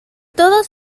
todos